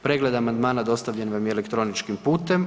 Pregled amandmana dostavljen vam je elektroničkim putem.